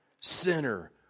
sinner